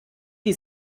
die